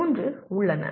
மூன்று உள்ளன